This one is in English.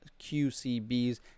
QCB's